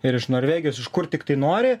ir iš norvegijos iš kur tiktai nori